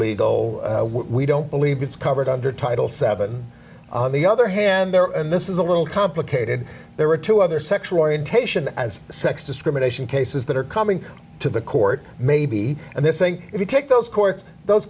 legal we don't believe it's covered under title seven on the other hand there and this is a little complicated there were two other sexual orientation as sex discrimination cases that are coming to the court maybe and they're saying if you take those